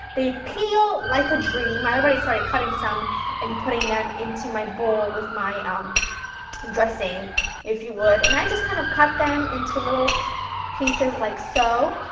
they peel like a dream. i already started cutting some and putting them into my bowl with my um dressing if you would and i just kind of cut them into little pieces like so.